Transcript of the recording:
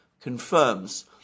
confirms